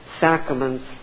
sacraments